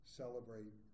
celebrate